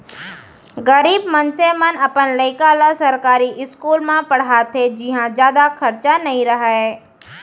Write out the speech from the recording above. गरीब मनसे मन अपन लइका ल सरकारी इस्कूल म पड़हाथे जिंहा जादा खरचा नइ रहय